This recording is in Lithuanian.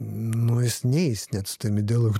nu jis neis net su tavim į dialogą